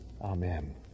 amen